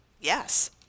Yes